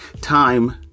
Time